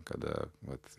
kada vat